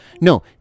no